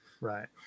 Right